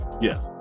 Yes